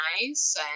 nice